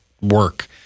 work